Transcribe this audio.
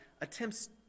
attempts